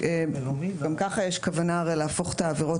גם כך יש כוונה הרי להפוך את העבירות